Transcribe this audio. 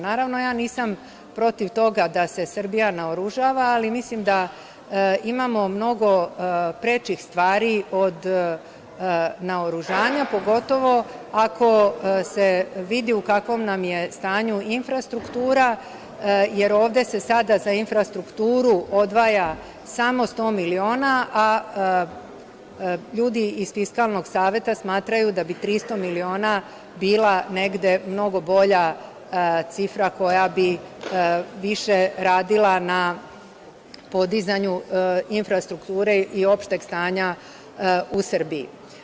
Naravno, ja nisam protiv toga da se Srbija naoružava, ali mislim da imamo mnogo prečih stvari od naoružanja, pogotovo ako se vidi u kakvom nam je stanju infrastruktura, jer ovde se sada za infrastrukturu odvaja samo 100 miliona, a ljudi iz Fiskalnog saveta smatraju da bi 300 miliona bila negde mnogo bolja cifra, koja bi više radila na podizanju infrastrukture i opšteg stanja u Srbiji.